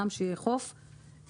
ויש המון המון סוגיות שיש לטפל בהן.